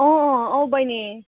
अँ अँ आऊ बहिनी